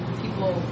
people